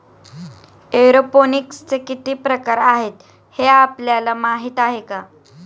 एरोपोनिक्सचे किती प्रकार आहेत, हे आपल्याला माहित आहे का?